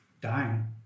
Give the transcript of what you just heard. dying